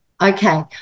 Okay